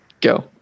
go